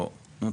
אני אשיב.